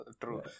true